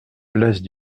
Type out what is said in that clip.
place